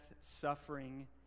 suffering